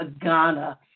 Ghana